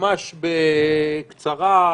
ממש בקצרה,